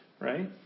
right